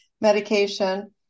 medication